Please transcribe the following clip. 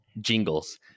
jingles